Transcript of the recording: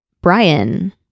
Brian